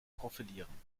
profilieren